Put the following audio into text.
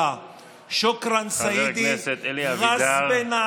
(אדוני היושב-ראש,